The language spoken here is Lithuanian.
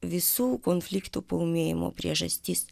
visų konfliktų paūmėjimo priežastis